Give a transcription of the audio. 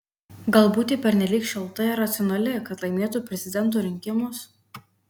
galbūt ji pernelyg šalta ir racionali kad laimėtų prezidento rinkimus